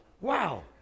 Wow